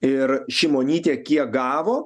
ir šimonytė kiek gavo